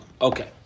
Okay